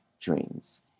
dreams